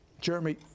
Jeremy